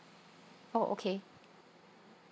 oh okay